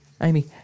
Amy